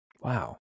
Wow